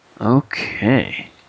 Okay